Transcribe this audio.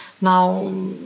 now